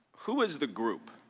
who was the group?